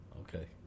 Okay